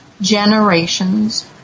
generations